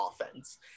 offense